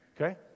Okay